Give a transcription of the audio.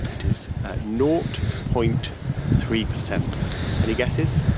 it is nought point three percent and he guesses